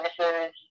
services